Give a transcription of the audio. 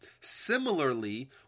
Similarly